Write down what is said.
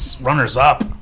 runners-up